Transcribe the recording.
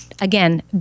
again